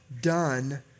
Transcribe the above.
done